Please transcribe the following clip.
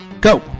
go